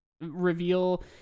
reveal